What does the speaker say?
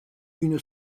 une